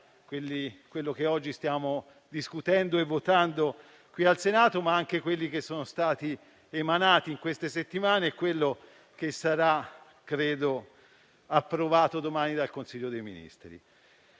quello che oggi stiamo discutendo e votando qui al Senato, ma anche quelli che sono stati emanati in queste settimane e quello che, credo, sarà approvato domani dal Consiglio dei ministri.